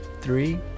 three